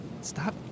stop